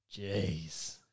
Jeez